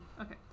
Okay